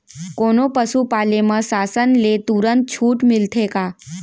कोनो पसु पाले म शासन ले तुरंत छूट मिलथे का?